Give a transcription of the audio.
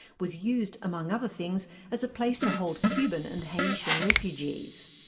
was used among other things, as a place to hold cuban and haitian refugees.